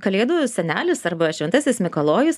kalėdų senelis arba šventasis mikalojus